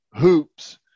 hoops